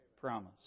promise